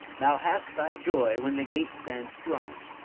thou hast thy joy, when the gate stands thronged,